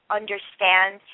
understand